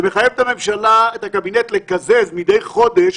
שמחייב את הממשלה, את הקבינט לקזז מדי חודש